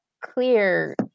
clear